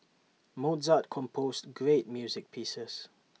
Mozart composed great music pieces